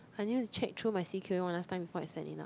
I need to check through my c_q_e one last time what I sent it out